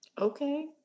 okay